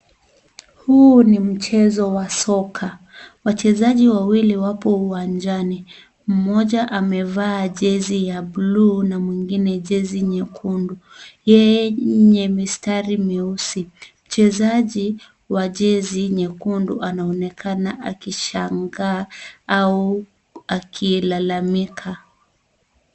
Huu ni mchezo wa soka wachezaji wawili wapo uwanjani mmoja amevaa jezi ya buluu na mwingine jezi nyekundu yenye mistari mieusi. Mchezaji wa jezi nyekundu anaonekana akishangaa au akilalamika.